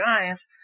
giants